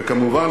וכמובן,